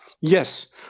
Yes